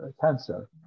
cancer